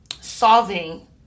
solving